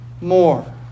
more